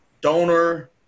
donor